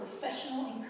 professional